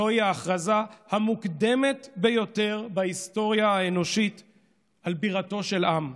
זוהי ההכרזה המוקדמת ביותר בהיסטוריה האנושית על בירתו של עם,